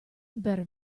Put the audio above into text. better